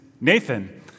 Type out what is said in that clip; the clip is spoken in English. Nathan